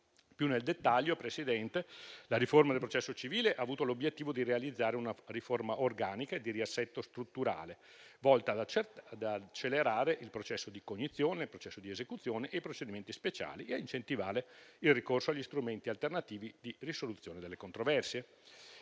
Più nel dettaglio, Presidente, la riforma del processo civile ha avuto l'obiettivo di realizzare una riforma organica e di riassetto strutturale, volta ad accelerare il processo di cognizione, il processo di esecuzione, i procedimenti speciali e a incentivare il ricorso agli strumenti alternativi di risoluzione delle controversie.